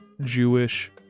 Jewish